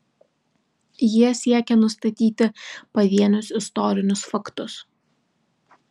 jie siekią nustatyti pavienius istorinius faktus